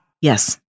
Yes